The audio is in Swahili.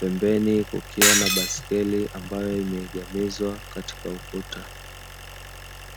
pembeni kukiwa na baiskeli ambayo imeegemezwa katika ukuta.